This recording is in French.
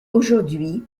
aujourd’hui